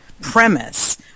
premise